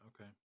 okay